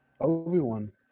Obi-Wan